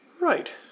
Right